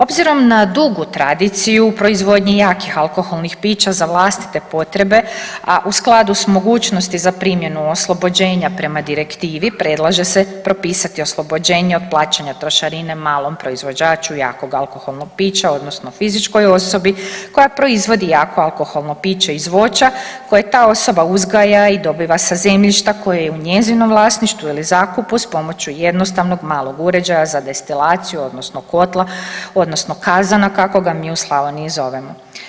Obzirom na dugu tradiciju u proizvodnji jakih alkoholnih pića za vlastite potrebe, a u skladu s mogućnosti za primjenu oslobođenja prema direktivi predlaže se propisati oslobođenje od plaćanja trošarine malom proizvođaču jakog alkoholnog pića odnosno fizičkoj osobi koja proizvodi jako alkoholno piće iz voća koje ta osoba uzgaja i dobiva sa zemljišta koje je u njezinom vlasništvu ili zakupu s pomoću jednostavnog malog uređaja za destilaciju odnosno kotla odnosno kazana kako ga mi u Slavoniji zovemo.